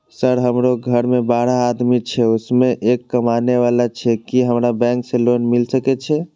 Sir हमरो घर में बारह आदमी छे उसमें एक कमाने वाला छे की हमरा बैंक से लोन मिल सके छे?